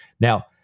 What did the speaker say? Now